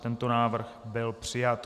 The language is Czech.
Tento návrh byl přijat.